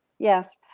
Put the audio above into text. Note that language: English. yes.